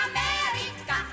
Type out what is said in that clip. America